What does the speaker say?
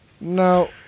no